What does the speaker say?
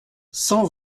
cent